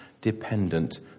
dependent